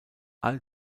all